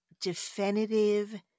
definitive